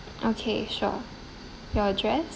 okay sure your address